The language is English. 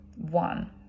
one